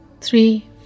three